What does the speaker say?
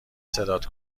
صدات